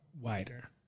wider